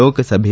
ಲೋಕಸಭೆ